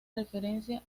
referencia